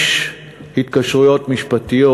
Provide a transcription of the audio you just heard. יש התקשרויות משפטיות,